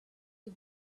you